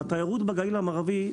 התיירות בגליל המערבי,